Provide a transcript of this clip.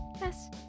yes